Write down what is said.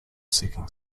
seeking